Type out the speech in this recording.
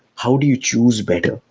how do you choose better?